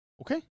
Okay